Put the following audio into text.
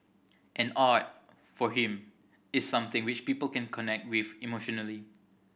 and art for him is something which people can connect with emotionally